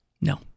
No